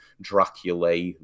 Dracula